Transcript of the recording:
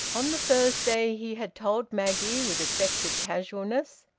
on the thursday he had told maggie, with affected casualness,